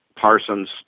Parsons